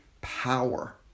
power